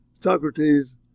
Socrates